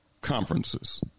conferences